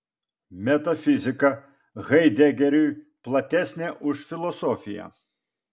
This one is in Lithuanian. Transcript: metafizika haidegeriui platesnė už filosofiją